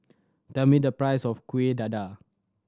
tell me the price of Kuih Dadar